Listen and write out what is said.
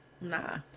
nah